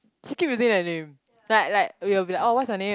she keep using that name like like we'll be like oh what's your name